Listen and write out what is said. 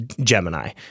Gemini